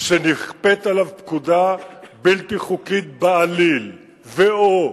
שנכפית עליו פקודה בלתי חוקית בעליל ו/או